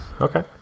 Okay